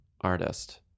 Artist